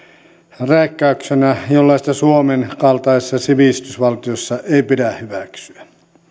eläinrääkkäyksenä jollaista suomen kaltaisessa sivistysvaltiossa ei pidä hyväksyä